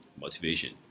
motivation